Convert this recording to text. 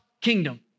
kingdom